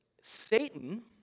Satan